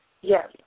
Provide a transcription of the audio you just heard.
Yes